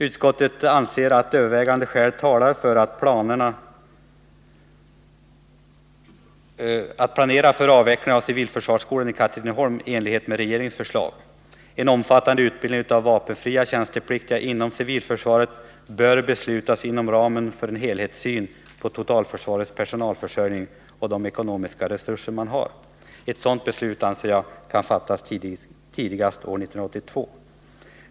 Utskottet anser att övervägande skäl talar för en planering för avvecklingen av civilförsvarsskolan i Katrineholm i enlighet med regeringens förslag. En omfattande utbildning av vapenfria tjänstepliktiga inom civilförsvaret bör beslutas inom ramen för en helhetssyn på totalförsvarets personalförsörjning och de ekonomiska resurser man har. Jag anser att ett sådant beslut kan fattas tidigast år 1982.